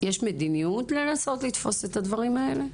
יש מדיניות לנסות לתפוס את הדברים האלה?